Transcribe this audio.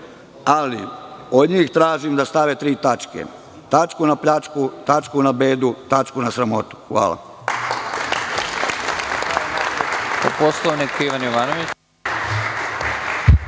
ali od njih tražim da stave tri tačke. Tačku na pljačku, tačku na bedu, tačku na sramotu. Hvala.